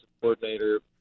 coordinator